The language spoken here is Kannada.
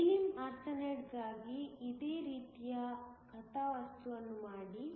ಗ್ಯಾಲಿಯಮ್ ಆರ್ಸೆನೈಡ್ಗಾಗಿ ಇದೇ ರೀತಿಯ ಕಥಾವಸ್ತುವನ್ನು ಮಾಡಿ